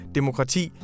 Demokrati